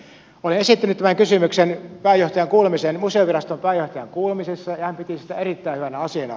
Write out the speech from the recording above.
olen esittänyt tämän kysymyksen museoviraston pääjohtajan kuulemisessa ja hän piti sitä erittäin hyvänä asiana